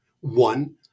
One